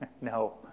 No